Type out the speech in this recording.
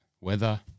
weather